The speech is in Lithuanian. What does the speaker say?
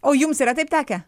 o jums yra taip tekę